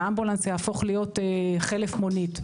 והאמבולנס יהפוך להיות חלף מונית,